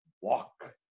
walk